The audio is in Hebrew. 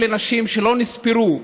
אלה נשים שלא נספרו,